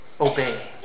obey